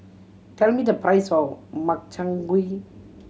tell me the price of Makchang Gui